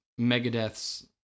Megadeth's